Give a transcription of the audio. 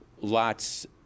lots